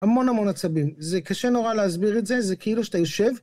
המון המון עצבים, זה קשה נורא להסביר את זה, זה כאילו שאתה יושב